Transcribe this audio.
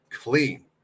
clean